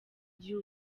gihe